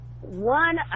one